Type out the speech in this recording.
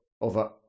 over